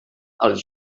els